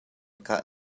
kah